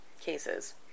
cases